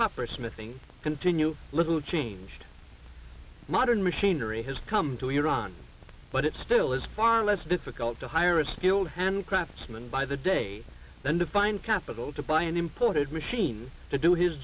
smithing continue little changed modern machinery has come to iran but it still is far less difficult to hire a skilled hand craftsman by the day than to find capital to buy an imported machine to do his